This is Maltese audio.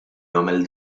jagħmel